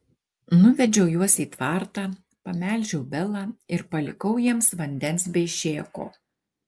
nuvedžiau juos į tvartą pamelžiau belą ir palikau jiems vandens bei šėko